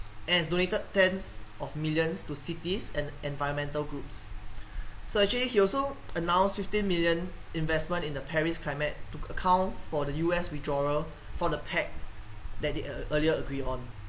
and he has donated tens of millions to cities and environmental groups so actually he also announced fifteen million investment in the paris climate to account for the U_S withdrawal from the pact that they earlier agree on